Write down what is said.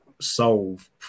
solve